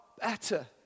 better